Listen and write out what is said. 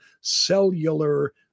cellular